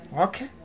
Okay